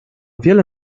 wiele